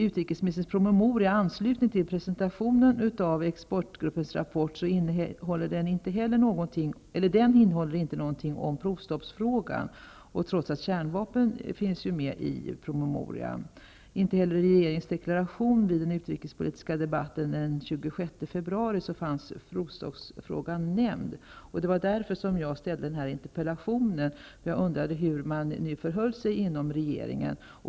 Utrikesministerns promemoria i anslutning till presentationen av expertgruppens rapport innehåller inte någonting om provstoppsfrågan, trots att kärnvapen finns med i promemorian. Inte heller i regeringsdeklarationen vid den utrikespolitiska debatten den 26 februari fanns provstoppsfrågan nämnd. Det var därför jag ställde denna interpellation. Jag undrade hur man nu förhöll sig inom regeringen.